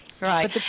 Right